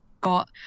got